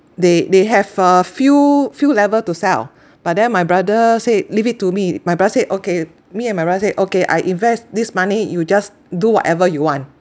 they they have a few few level to sell but then my brother say leave it to me my brother said okay me and my wife said okay I invest this money you just do whatever you want